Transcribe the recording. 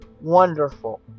wonderful